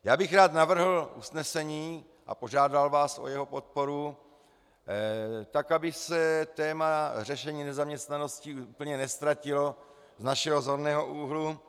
Já bych rád navrhl usnesení a požádal vás o jeho podporu, tak aby se téma řešení nezaměstnanosti úplně neztratilo z našeho zorného úhlu.